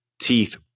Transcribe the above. teeth